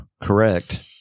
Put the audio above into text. correct